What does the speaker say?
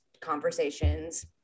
conversations